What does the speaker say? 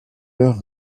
leur